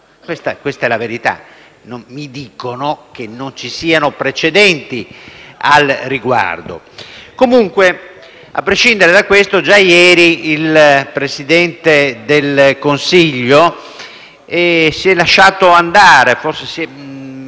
Questa è la verità. Mi dicono che non ci siano precedenti al riguardo. Comunque, a prescindere da questo, già ieri il Presidente del Consiglio si è lasciato andare a un